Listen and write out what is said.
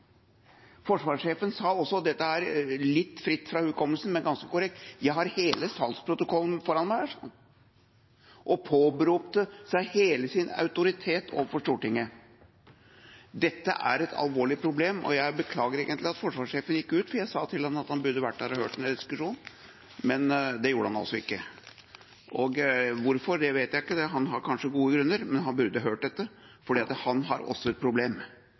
Forsvarssjefen sa også – dette er litt fritt etter hukommelsen, men ganske korrekt – at han hadde hele salgsprotokollen foran seg, og påberopte seg hele sin autoritet overfor Stortinget. Dette er et alvorlig problem. Jeg beklager egentlig at forsvarssjefen gikk ut, for jeg sa til ham at han burde vært her og hørt denne diskusjonen. Det gjorde han altså ikke. Hvorfor vet jeg ikke – han har kanskje gode grunner – men han burde hørt dette, for også han har et problem